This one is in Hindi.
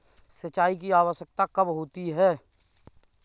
सिंचाई की आवश्यकता कब होती है?